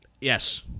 Yes